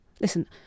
Listen